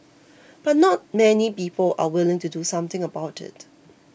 but not many people are willing to do something about it